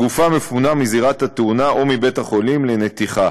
הגופה מפונה מזירת התאונה או מבית-החולים לנתיחה.